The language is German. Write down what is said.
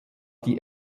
die